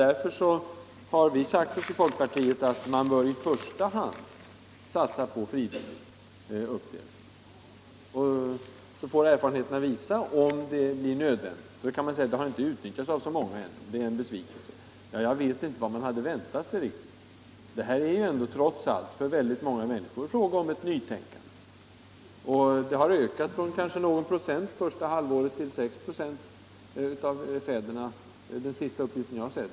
Därför har vi i folkpartiet ansett att man i första hand bör satsa på frivillig uppdelning, så får erfarenheterna visa om det blir nödvändigt med en hårdare styrning. Rätten till ledighet har inte utnyttjats av så många fäder ännu. Det är en besvikelse. Men jag vet inte riktigt vad man hade väntat sig. Det krävs ju trots allt för många människor ett nytänkande. Antalet fäder som utnyttjar rätten till ledighet har ökat från någon procent första halvåret till 6 96 — det är den senaste uppgift som jag har sett.